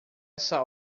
essa